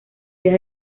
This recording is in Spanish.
días